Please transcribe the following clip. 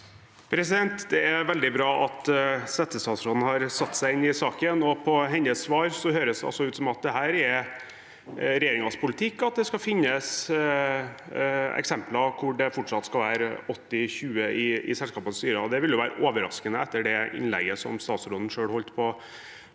Det er veldig bra at settestatsråden har satt seg inn i saken. På hennes svar høres det altså ut som det er regjeringens politikk at det skal finnes eksempler hvor det fortsatt skal være 80– 20 pst. i selskapenes styre, og det ville være overraskende etter det innlegget statsråden selv holdt på